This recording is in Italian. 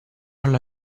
alla